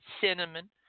cinnamon